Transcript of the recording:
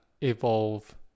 evolve